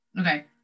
Okay